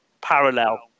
parallel